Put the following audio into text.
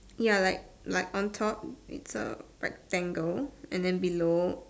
ya like like on top it's a rectangle and then below